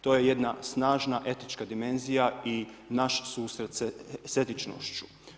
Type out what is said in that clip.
To je jedna snažna etička dimenzija i naš susret s etičnošću.